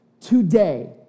today